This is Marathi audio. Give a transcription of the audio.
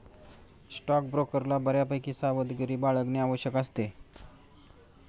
स्टॉकब्रोकरला बऱ्यापैकी सावधगिरी बाळगणे आवश्यक असते